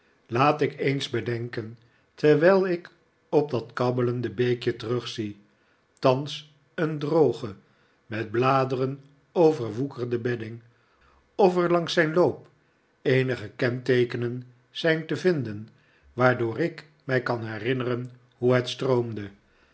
laat ik eens bedenken terwijl ik op dat kabbelende beekje terugzie thans een droge met bladeren overwoekerde bedding of er langs zijn loop eenige kenteekenen zijn te vinden waardoor ik mij kan herinneren hoe het stroomde